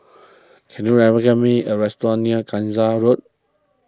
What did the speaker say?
can you recommend me a restaurant near Gangsa Road